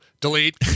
delete